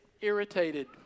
irritated